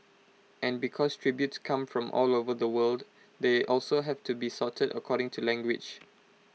and because tributes come from all over the world they also have to be sorted according to language